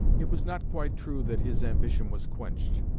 it was not quite true that his ambition was quenched.